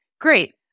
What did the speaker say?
Great